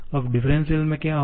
अब डिफ्रेंशिअल में क्या होगा